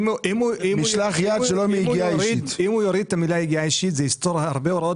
אם הוא יוריד את המילה יגיעה אישית זה יסתור הרבה הוראות